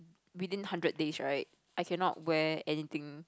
within hundred days right I cannot wear anything